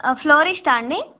ఫ్లోరిస్టా అండి